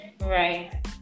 Right